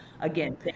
Again